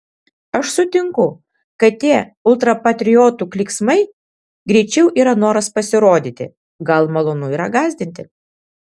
aš sutinku kad tie ultrapatriotų klyksmai greičiau yra noras pasirodyti gal malonu yra gąsdinti